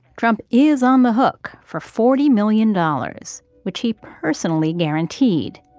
trump is on the hook for forty million dollars, which he personally guaranteed.